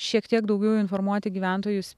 šiek tiek daugiau informuoti gyventojus